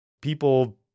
people